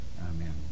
Amen